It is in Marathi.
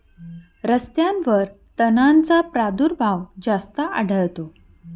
रस्त्यांवर तणांचा प्रादुर्भाव जास्त आढळतो